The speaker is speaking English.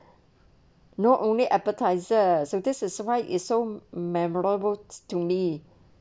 not only advertisers so this is why it is so memorable to me